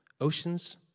Oceans